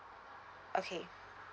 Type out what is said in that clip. okay